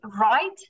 right